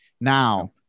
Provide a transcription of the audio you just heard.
Now